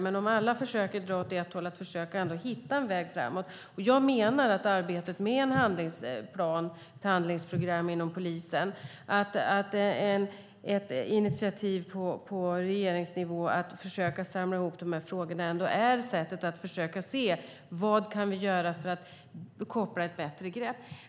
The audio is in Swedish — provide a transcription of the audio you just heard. Men om alla försöker dra åt ett håll kan vi försöka hitta en väg framåt. Jag menar att arbetet med ett handlingsprogram inom polisen och ett initiativ på regeringsnivå för att försöka samla ihop de här frågorna ändå är sättet att försöka se vad vi kan göra för att koppla ett bättre grepp.